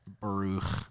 Baruch